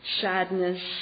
sadness